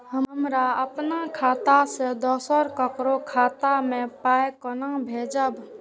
हमरा आपन खाता से दोसर ककरो खाता मे पाय कोना भेजबै?